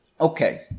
Okay